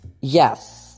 yes